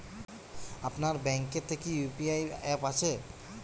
আপনার ব্যাঙ্ক এ তে কি ইউ.পি.আই অ্যাপ আছে?